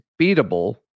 beatable